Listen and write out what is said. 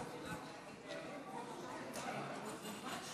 (הודעה קולית על סיום עסקה לתקופה קצובה),